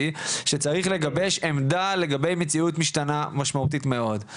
שצריך לגבש עמדה לגבי מציאות משתנה משמעותית מאוד.